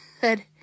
Good